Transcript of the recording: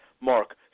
Mark